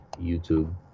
YouTube